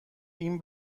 این